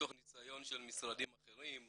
מתוך ניסיון של משרדים אחרים,